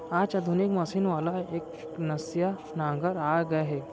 आज आधुनिक मसीन वाला एकनसिया नांगर आ गए हे